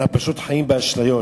אנחנו פשוט חיים באשליות.